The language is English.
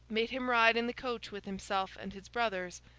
made him ride in the coach with himself and his brothers,